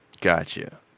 Gotcha